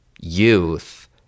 Youth